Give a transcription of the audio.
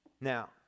Now